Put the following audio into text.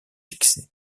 fixé